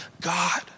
God